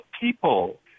people